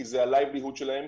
כי זה ה-livelihood שלהם,